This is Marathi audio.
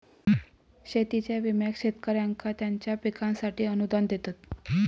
शेतीच्या विम्याक शेतकऱ्यांका त्यांच्या पिकांसाठी अनुदान देतत